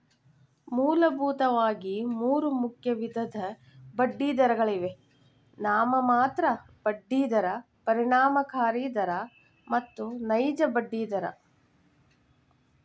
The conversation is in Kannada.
ಮೂಲಭೂತವಾಗಿ ಮೂರು ಮುಖ್ಯ ವಿಧದ ಬಡ್ಡಿದರಗಳಿವೆ ನಾಮಮಾತ್ರ ಬಡ್ಡಿ ದರ, ಪರಿಣಾಮಕಾರಿ ದರ ಮತ್ತು ನೈಜ ಬಡ್ಡಿ ದರ